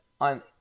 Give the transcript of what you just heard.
on